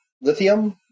lithium